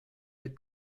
with